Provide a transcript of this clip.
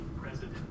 president